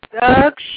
Doug